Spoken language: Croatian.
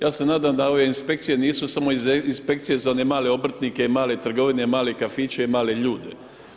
Ja se nadam da ove inspekcije nisu samo inspekcije za one male obrtnike i male trgovine, male kafiće i male ljude.